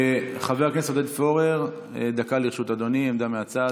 חבר הכנסת עודד פורר, דקה לרשות אדוני, עמדה מהצד.